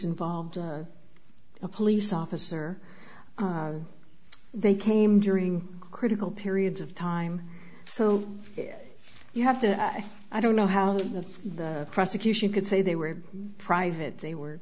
involved a police officer they came during critical periods of time so you have to i don't know how the prosecution could say they were private they were